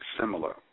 similar